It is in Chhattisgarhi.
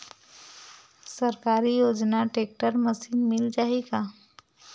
सरकारी योजना टेक्टर मशीन मिल जाही का?